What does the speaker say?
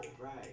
right